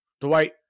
Dwight